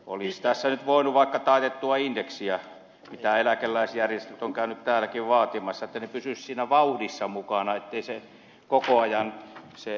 olisi tässä nyt voinut vaikka taitettua indeksiä korjata mitä eläkeläisjärjestöt ovat käyneet täälläkin vaatimassa että he pysyisivät siinä vauhdissa mukana ettei se ero koko ajan kasvaisi